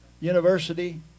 University